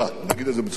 נגיד את זה בצורה כזאת,